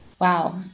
Wow